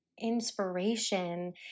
inspiration